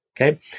Okay